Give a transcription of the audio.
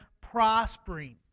prospering